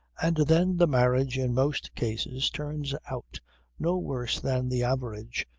and then the marriage in most cases turns out no worse than the average,